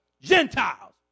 Gentiles